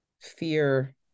fear